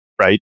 right